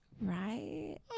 Right